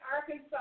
Arkansas